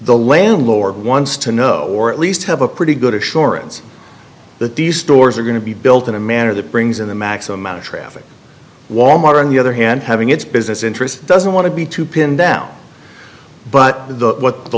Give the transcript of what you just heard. the landlord wants to know or at least have a pretty good assurance that these stores are going to be built in a manner that brings in the maximum amount of traffic wal mart on the other hand having its business interests doesn't want to be to pin down but the what the